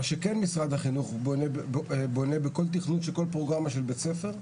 מה שכן משרד החינוך בונה בכל תכנון של כל פרוגרמה של בית ספר,